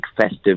festive